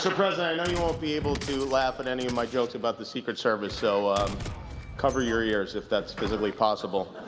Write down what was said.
president, i know you won't be able to laugh at any of my jokes about the secret service, so um cover your ears. if that's physically possible.